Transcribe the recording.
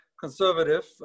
conservative